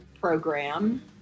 program